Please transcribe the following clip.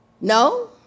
No